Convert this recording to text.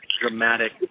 dramatic